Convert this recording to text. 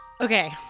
Okay